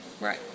right